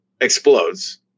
explodes